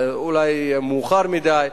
אולי מאוחר מדי,